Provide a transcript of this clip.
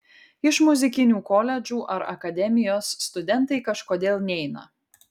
iš muzikinių koledžų ar akademijos studentai kažkodėl neina